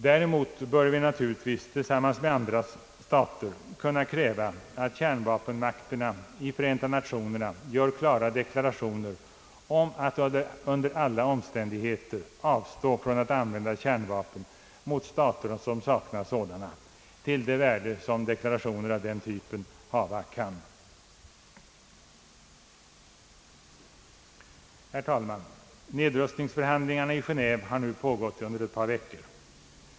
Däremot bör vi naturligtvis tillsammans med andra stater kunna kräva, att kärnvapenmakterna i Förenta Nationerna gör klara deklarationer om att under alla omständigheter avstå från att använda kärnvapen mot stater som saknar sådana, till det värde som deklarationer av den typen hava kan. Nedrustningsförhandlingarna i Geneve har nu pågått i ett par veckor.